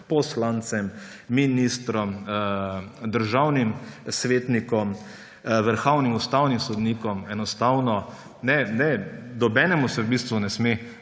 poslancem, ministrom, državnim svetnikom, vrhovnim, ustavnim sodnikom, enostavno nobenemu ne sme